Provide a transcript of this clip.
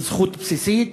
היא זכות בסיסית.